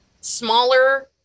smaller